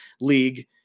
league